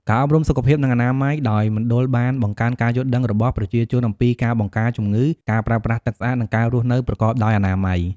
ការអប់រំសុខភាព និងអនាម័យ ដោយមណ្ឌលបានបង្កើនការយល់ដឹងរបស់ប្រជាជនអំពីការបង្ការជំងឺ ការប្រើប្រាស់ទឹកស្អាត និងការរស់នៅប្រកបដោយអនាម័យ។